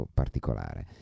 particolare